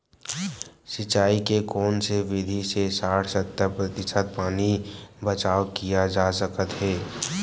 सिंचाई के कोन से विधि से साठ सत्तर प्रतिशत पानी बचाव किया जा सकत हे?